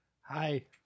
Hi